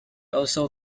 also